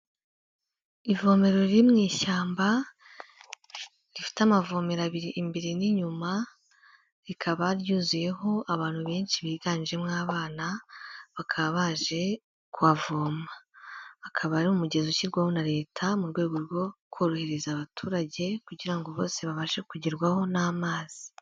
Ivomero riri mu ishyamba rifite amavomero abiri imbere n'inyuma, rikaba ryuzuyeho abantu benshi biganjemo abana bakaba baje kuhavoma, akaba ari umugezi ushyirwaho na leta mu rwego rwo korohereza abaturage kugirango bose babashe kugerwaho n'amazi.